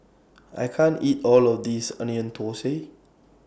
I can't eat All of This Onion Thosai